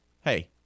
hey